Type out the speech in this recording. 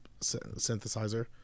synthesizer